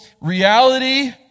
reality